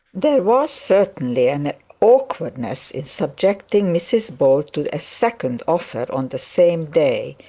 there was certainly an awkwardness in subjecting mrs bold to a second offer on the same day.